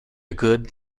good